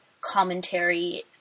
commentary